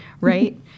right